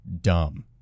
dumb